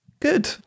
Good